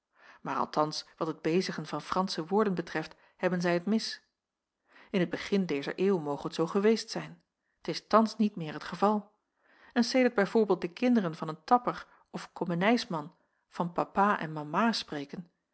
maar althans wat het bezigen van fransche woorden betreft hebben zij t mis in t begin dezer eeuw moge t zoo geweest zijn t is thans niet meer het geval en sedert bij voorbeeld de kinderen van een tapper of komenijsman van papa en mama spreken